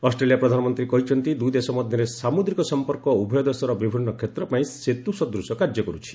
Australia ପ୍ରଧାନମନ୍ତ୍ରୀ କହିଛନ୍ତି ଦୁଇଦେଶ ମଧ୍ୟରେ ସାମୁଦ୍ରିକ ସଂପର୍କ ଉଭୟ ଦେଶର ବିଭିନ୍ନ କ୍ଷେତ୍ର ପାଇଁ ସେତୁ ସଦୃଶ କାର୍ଯ୍ୟ କରୁଛି